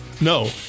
No